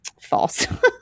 false